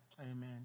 Amen